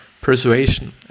persuasion